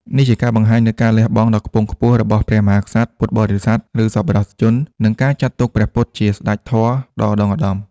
នេះជាការបង្ហាញនូវការលះបង់ដ៏ខ្ពស់បំផុត របស់ព្រះមហាក្សត្រ ពុទ្ធបរិស័ទ ឬសប្បុរសជន និងការចាត់ទុកព្រះពុទ្ធជា ស្តេចធម៌ ដ៏ឧត្តុង្គឧត្តម។